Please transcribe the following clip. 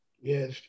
Yes